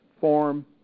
form